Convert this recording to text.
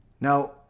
Now